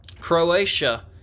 Croatia